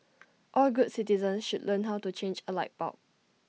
all good citizens should learn how to change A light bulb